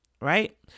Right